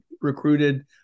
recruited